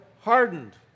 hardened